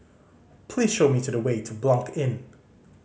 please show me to the way to Blanc Inn